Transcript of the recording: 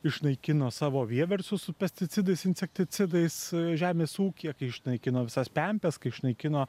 išnaikino savo vieversius su pesticidais insekticidais žemės ūkyje kai išnaikino visas pempes kai išnaikino